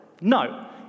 No